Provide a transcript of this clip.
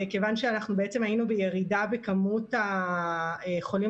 כיוון שאנחנו היינו בירידה בכמות החולים